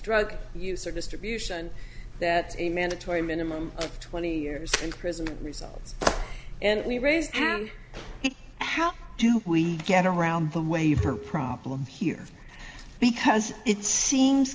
drug use or distribution that a mandatory minimum of twenty years in prison results and we raised and how do we get around the waiver problem here because it seems